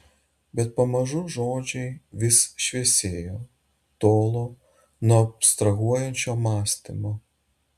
bet pamažu žodžiai vis šviesėjo tolo nuo abstrahuojančio mąstymo